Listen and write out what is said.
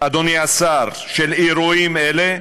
של אירועים אלה,